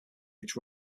which